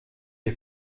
est